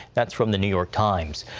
that's from the new york times.